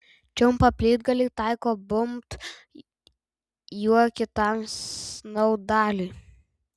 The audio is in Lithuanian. čiumpa plytgalį taiko bumbt juo kitam snaudaliui